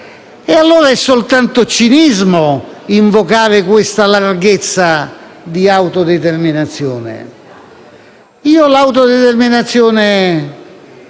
allora è soltanto cinismo invocare questa larghezza di autodeterminazione. L'autodeterminazione